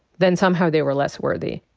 then somehow they were less worthy.